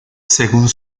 según